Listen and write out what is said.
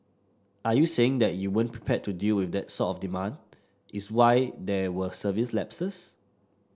are you saying that you weren't prepared to deal with that sort of demand is why there were service lapses